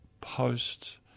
post